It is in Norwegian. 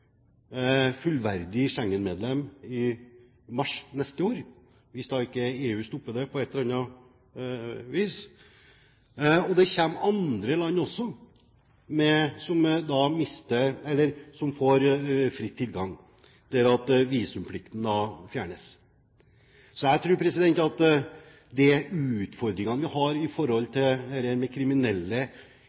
fullverdig Schengen-medlem i mars neste år, hvis ikke EU stopper det på et eller annet vis. Det kommer også andre land som får fri tilgang, når visumplikten fjernes. Jeg tror at de utfordringene vi har når det gjelder kriminelle inn i Norge som begår kriminelle handlinger, og det at vi fyller opp institusjonene våre med kriminelle